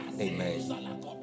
Amen